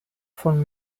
von